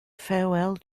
farewell